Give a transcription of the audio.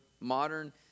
modern